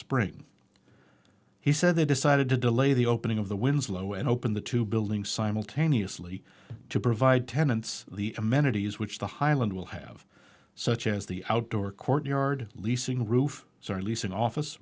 spring he said they decided to delay the opening of the winslow and open the two building simultaneously to provide tenants the amenities which the highland will have such as the outdoor courtyard leasing roof sorry leasing office